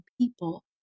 people